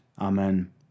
Amen